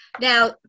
Now